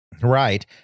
Right